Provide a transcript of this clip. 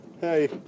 Hey